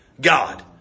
God